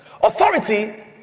Authority